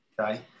Okay